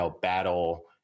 battle